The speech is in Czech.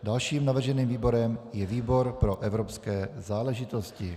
Dalším navrženým výborem je výbor pro evropské záležitosti.